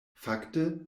fakte